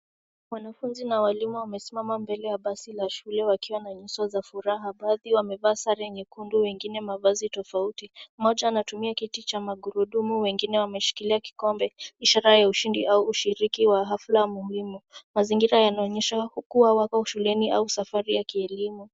Wanafunzi na walimu wamesimama mbele ya basi la shule wakiwa na nyuso za furaha. Baadhi wamevaa zare nyekundu wengine mavazi tofauti. Moja anatumia kiti cha magurudumu wengine wameshikilia kikombe, ishara ya ushindi au ushiriki wa hafla muhimu. Mazingira yanaonyesha huku wako shuleni au safari ya kielimu.